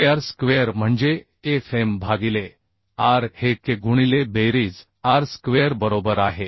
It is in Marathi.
kr स्क्वेअर म्हणजे Fm भागिले r हे k गुणिले बेरीज r स्क्वेअर बरोबर आहे